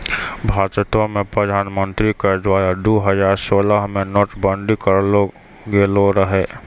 भारतो मे प्रधानमन्त्री के द्वारा दु हजार सोलह मे नोट बंदी करलो गेलो रहै